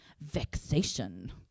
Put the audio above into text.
vexation